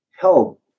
help